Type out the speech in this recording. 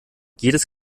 jedes